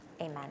Amen